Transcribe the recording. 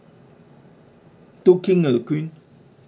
two king uh queen